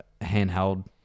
handheld